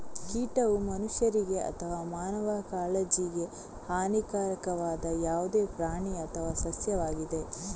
ಕೀಟವು ಮನುಷ್ಯರಿಗೆ ಅಥವಾ ಮಾನವ ಕಾಳಜಿಗೆ ಹಾನಿಕಾರಕವಾದ ಯಾವುದೇ ಪ್ರಾಣಿ ಅಥವಾ ಸಸ್ಯವಾಗಿದೆ